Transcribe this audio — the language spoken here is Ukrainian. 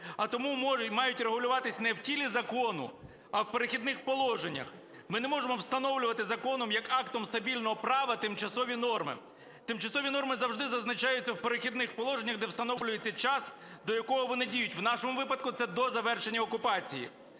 а тому мають регулюватись не в тілі закону, а в "Перехідних положеннях". Ми не можемо встановлювати законом як актом стабільного права тимчасові норми. Тимчасові норми завжди зазначаються в "Перехідних положеннях", де встановлюється час, до якого вони діють. В нашому випадку це до завершення окупації.